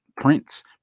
Prince